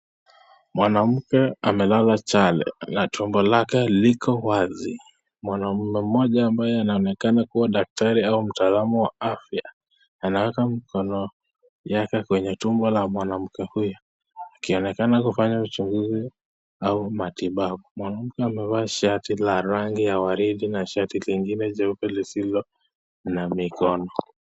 Mwanamke amelala chale na tumbo lake liko wazi mwanaume mmoja ambaye anayeonekana kuwa daktari au mtaalam wa afya anaweka mkono yake kwenye tumbo la mwanamke huyu akionekana kufanya uchunguzi au matibabu. Mwanamke amevaa shati la rangi ya waridi na shati lingine jeupe lisilo na mikono.